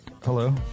Hello